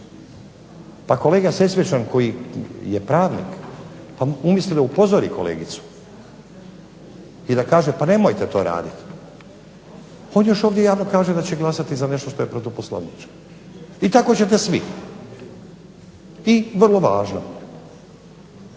Pa kolega Sesvečan koji je pravnik umjesto da upozori kolegicu i da kaže pa nemojte to raditi, on još ovdje javno kaže da će glasati za nešto što je protu poslovnički i tako ćete svi. I vrlo važno.